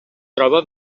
troba